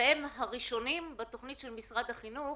והם הראשונים בתוכנית של משרד החינוך